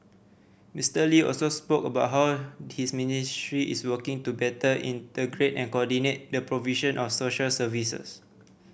Mister Lee also spoke about how his ministry is working to better integrate and coordinate the provision of social services